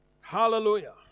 Hallelujah